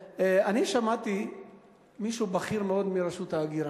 שמעתי מישהו בכיר מאוד מרשות ההגירה,